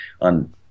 on